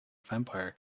vampire